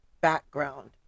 background